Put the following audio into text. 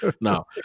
No